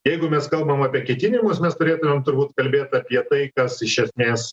jeigu mes kalbam apie ketinimus mes turėtumėm turbūt kalbėt apie tai kas iš esmės